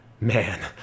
Man